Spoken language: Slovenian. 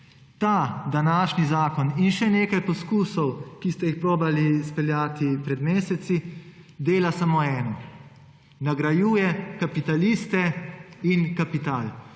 Današnji zakon in še nekaj poskusov, ki ste jih poskušali izpeljati pred meseci, dela samo eno – nagrajuje kapitaliste in kapital.